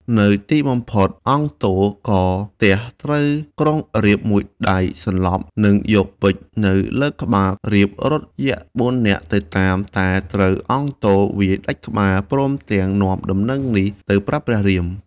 នៅទីបំផុតអង្គទ ក៏ទះត្រូវក្រុងរាពណ៍មួយដៃសន្លប់ និងយកពេជ្រនៅលើក្បាលរាពណ៍រត់ យក្ស៤នាក់ទៅតាម តែត្រូវអង្គទវាយដាច់ក្បាល ព្រមទាំងនាំដំណឹងនេះទៅប្រាប់ព្រះរាម។